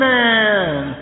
Man